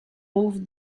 move